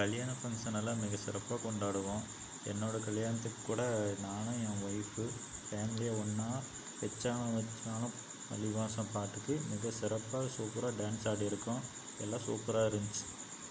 கல்யாண ஃபங்ஷனெல்லாம் மிக சிறப்பாக கொண்டாடுவோம் என்னோடய கல்யாணத்துக்கூட நானும் என் ஒய்ஃபு ஃபேமிலியாக ஒன்றா வெச்சாலும் வெச்சாலும் மல்லி வாசம் பாட்டுக்கு மிக சிறப்பாக சூப்பராக டேன்ஸ் ஆடியிருக்கோம் எல்லாம் சூப்பராருந்துச்சு